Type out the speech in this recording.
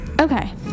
okay